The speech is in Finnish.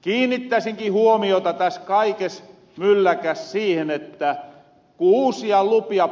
kiinnittäsinkin huomiota täs kaikes mylläkäs siihen että ku uusia